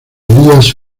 elías